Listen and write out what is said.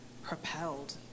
propelled